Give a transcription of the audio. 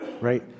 right